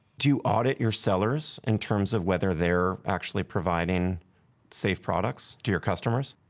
do you audit your sellers in terms of whether they're actually providing safe products to your customers?